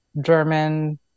german